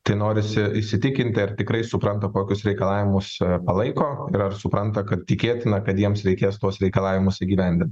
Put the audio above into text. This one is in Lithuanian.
tai norisi įsitikinti ar tikrai supranta kokius reikalavimus palaiko ir ar supranta kad tikėtina kad jiems reikės tuos reikalavimus įgyvendint